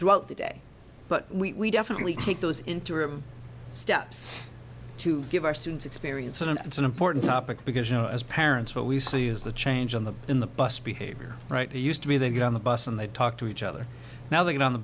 throughout the day but we definitely take those interim steps to give our students experience and it's an important topic because you know as parents what we see is the change on the in the bus behavior right used to be they get on the bus and they talk to each other now they get on the